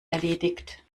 erledigt